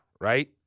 right